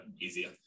easier